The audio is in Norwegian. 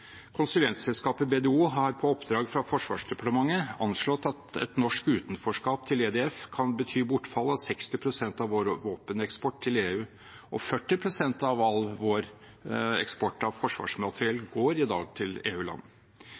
Konsulentselskapet BDO har på oppdrag fra Forsvarsdepartementet anslått at et norsk utenforskap til EDF kan bety bortfall av 60 pst. av vår våpeneksport til EU, og 40 pst. av all vår eksport av forsvarsmateriell går i dag til